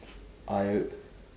I